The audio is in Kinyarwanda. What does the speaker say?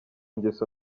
ngeso